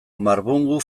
marbungu